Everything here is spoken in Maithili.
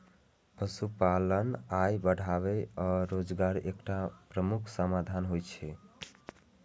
पशुपालन आय बढ़ाबै आ रोजगारक एकटा प्रमुख साधन होइ छै